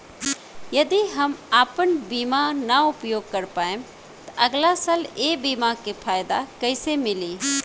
यदि हम आपन बीमा ना उपयोग कर पाएम त अगलासाल ए बीमा के फाइदा कइसे मिली?